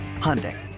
Hyundai